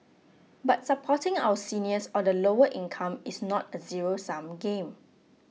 but supporting our seniors or the lower income is not a zero sum game